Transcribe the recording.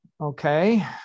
Okay